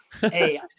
Hey